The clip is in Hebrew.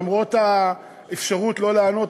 למרות האפשרות לא לענות,